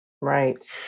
Right